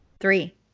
Three